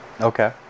Okay